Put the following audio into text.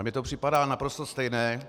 Mně to připadá naprosto stejné.